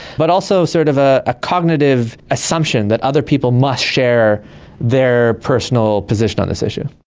but also sort of a ah cognitive assumption that other people must share their personal position on this issue.